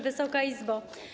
Wysoka Izbo!